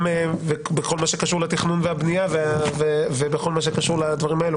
בכל מה שקשור לתכנון והבנייה ובכל מה שקשור לדברים האלה,